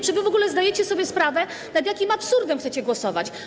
Czy wy w ogóle zdajecie sobie sprawę z tego, nad jakim absurdem chcecie głosować?